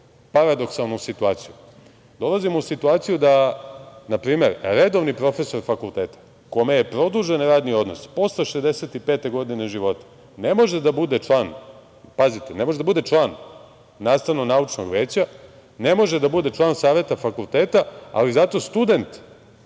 paradoksalnu situaciju. Dolazimo u situaciju da, na primer, redovni profesor fakulteta kome je produžen radni odnos posle 65 godine života ne može da bude član, pazite, nastavno-naučnog veća, ne može da bude član saveta fakulteta, ali zato student